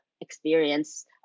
experience